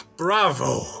Bravo